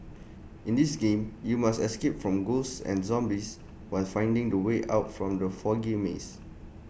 in this game you must escape from ghosts and zombies while finding the way out from the foggy maze